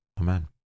Amen